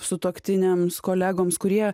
sutuoktiniams kolegoms kurie